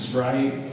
right